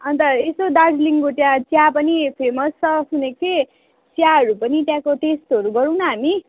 अन्त यसो दार्जिलिङको त्यहाँ चिया पनि फेमस छ सुनेको थिएँ चियाहरू पनि त्यहाँ टेस्टहरू गरौँ न हामी